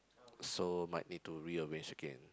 so might need to rearrange again